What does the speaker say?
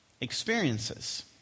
experiences